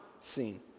seen